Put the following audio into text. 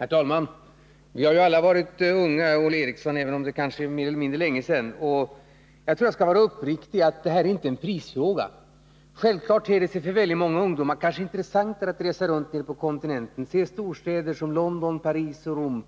Herr talman! Vi har ju alla varit unga, Olle Eriksson. även om det är mer eller mindre länge sedan. Jag skall vara uppriktig och säga att det här inte är en prisfråga. Självfallet ter det sig för många ungdomar intressantare att resa runt nere på kontinenten och se storstäder som London, Paris och Rom